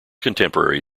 contemporary